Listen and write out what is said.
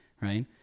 right